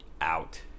out